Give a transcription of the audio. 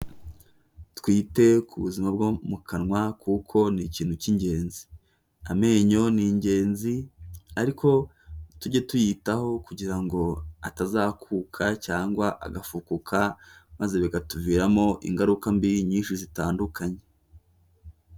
Twite ku buzima bwo mu kanwa, kuko ni ikintu cy'ingenzi. Amenyo ni ingenzi, ariko tujye tuyitaho, kugira ngo atazakuka, cyangwa agafukuka, maze bikatuviramo ingaruka mbi, nyinshi zitandukanye.